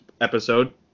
episode